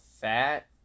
fat